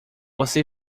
você